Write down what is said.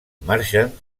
marxen